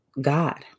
God